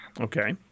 Okay